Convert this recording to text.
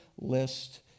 list